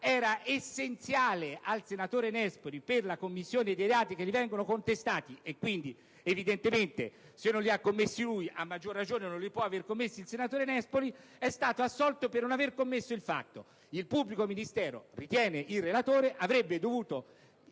era essenziale al senatore Nespoli per la commissione dei reati che gli vengono contestati - e quindi, se non li ha commessi lui, a maggior ragione non può averli commessi il senatore Nespoli - quest'ultimo è stato assolto per non avere commesso il fatto. Il pubblico ministero, ad avviso del relatore, avrebbe dovuto